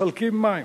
מחלקים מים